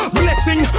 blessing